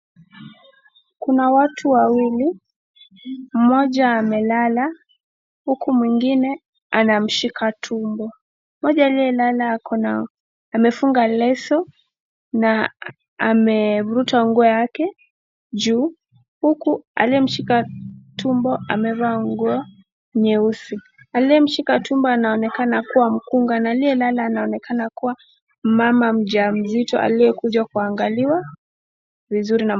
kuna watu wawili mmoja amelala, huku mwingine amemshika tumbo. Mmoja aliyelala amefunga leso na amevurutwa nguo yake juu huku aliye mshika tumbo amevaa nguo nyeusi aliyemshika tumbo inaonekana kua mkunga na aliye lala inaonekana kua mmama mja mzito aliye kuja kuangaliwa vizuri na.